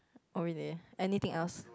oh really anything else